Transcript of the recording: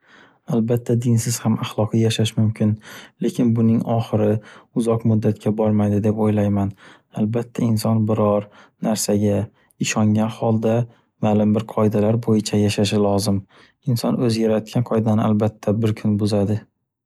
Albatta dinsiz ham axloqiy yashash mumkin. Lekin buning oxiri uzoq muddatga bormaydi deb o’ylayman. Albatta inson biror narsaga ishongan holda, malum bir qoidalar bo’yicha yashashi lozim. Inson o’zi yaratgan qoidani albatta bir kun buzadi.